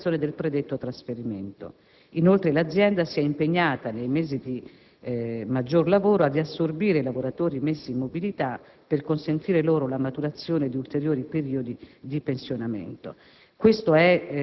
fino alla realizzazione del predetto trasferimento. Inoltre l'azienda si è impegnata, nei mesi di maggior lavoro, a riassorbire i lavoratori messi in mobilità per consentire loro la maturazione di ulteriori periodi di pensionamento.